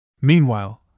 Meanwhile